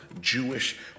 Jewish